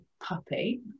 puppy